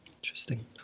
Interesting